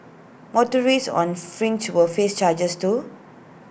motorists on fringe will face changes too